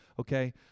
Okay